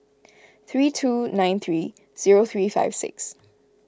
three two nine three zero three five six